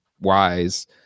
wise